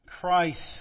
Christ